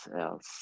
else